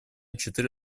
четыре